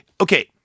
okay